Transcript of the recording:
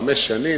חמש שנים.